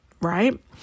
right